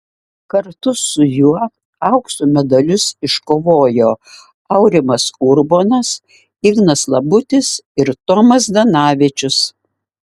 kartu su juo aukso medalius iškovojo aurimas urbonas ignas labutis ir tomas zdanavičius